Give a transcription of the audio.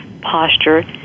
posture